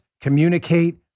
Communicate